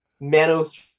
Manos